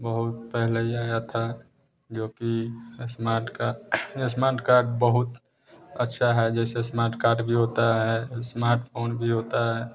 बहुत पहले आया था जो कि स्मार्ट कार्ड स्मार्ट कार्ड बहुत अच्छा है जैसे स्मार्ट कार्ड भी होता है वैसे स्मार्टफोन भी होता है